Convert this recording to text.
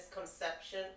misconception